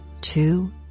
two